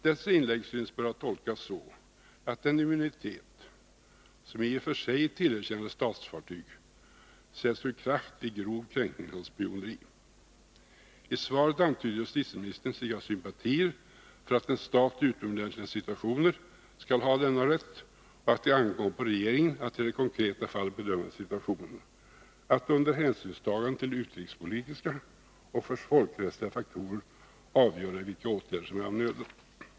Dessa inlägg synes böra tolkas så, att den immunitet som i och för sig tillerkänns statsfartyg sätts ur kraft vid grov kränkning såsom spioneri. I svaret antyder justitieministern att han har sympatier för att en stat i utomordentliga situationer skall ha denna rätt och att det ankommer på regeringen att i det konkreta fallet bedöma situationen samt att under hänsynstagande till utrikespolitiska och folkrättsliga faktorer avgöra vilka åtgärder som är av nöden.